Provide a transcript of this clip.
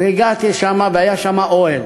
הגעתי לשם, והיה שם אוהל,